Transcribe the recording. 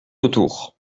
autour